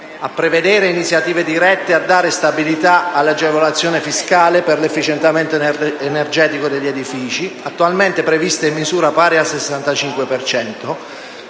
a prevedere iniziative dirette a dare stabilità alle agevolazioni fiscali per l'efficientamento energetico degli edifici, attualmente previste in misura pari al 65